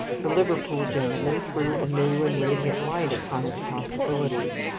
the liverpool gentleman threw a new and radiant light upon its possibilities.